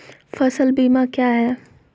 फ़सल बीमा क्या है?